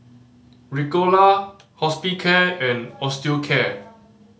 Ricola Hospicare and Osteocare